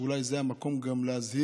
שאולי זה המקום גם להזהיר